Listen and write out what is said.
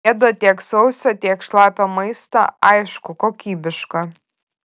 ėda tiek sausą tiek šlapią maistą aišku kokybišką